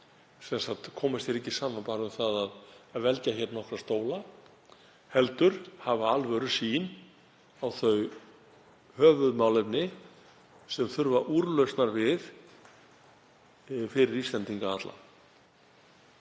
sem koma sér ekki bara saman um það að velgja hér nokkrar stóla heldur hafa alvörusýn á þau höfuðmálefni sem þurfa úrlausnar við fyrir Íslendinga alla.